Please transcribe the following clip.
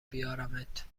بیارمت